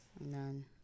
None